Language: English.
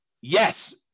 Yes